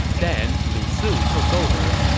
then lu su took over.